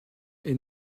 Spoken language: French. est